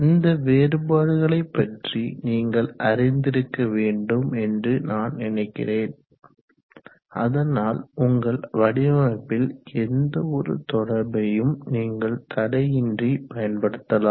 இந்த வேறுபாடுகளைப் பற்றி நீங்கள் அறிந்திருக்க வேண்டும் என்று நான் நினைக்கிறேன் அதனால் உங்கள் வடிவமைப்பில் எந்தவொரு தொடர்பையும் நீங்கள் தடையின்றி பயன்படுத்தலாம்